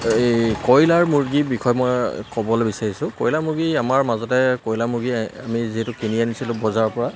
এই কয়লাৰ মুৰ্গীৰ বিষয়ে মই ক'বলৈ বিচাৰিছোঁ কয়লা মুৰ্গী আমাৰ মাজতে কয়লা মুৰ্গী আমি যিহেতু কিনি আনিছিলোঁ বজাৰৰ পৰা